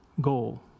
goal